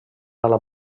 ala